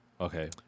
okay